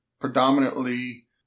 predominantly